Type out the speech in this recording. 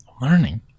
Learning